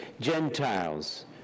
Gentiles